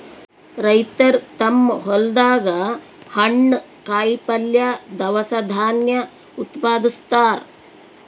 ರೈತರ್ ತಮ್ಮ್ ಹೊಲ್ದಾಗ ಹಣ್ಣ್, ಕಾಯಿಪಲ್ಯ, ದವಸ ಧಾನ್ಯ ಉತ್ಪಾದಸ್ತಾರ್